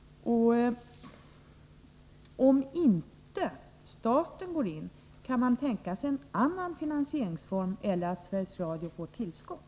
Och om inte staten går in, kan man tänka sig att det blir en annan finansieringsform eller att Sveriges Radio får tillskott?